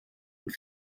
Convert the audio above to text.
und